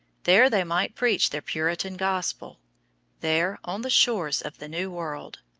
there they might preach their puritan gospel there, on the shores of the new world,